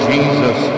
Jesus